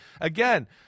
again